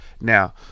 now